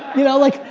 you know like,